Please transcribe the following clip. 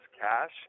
cash